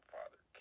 Father